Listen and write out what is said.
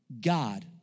God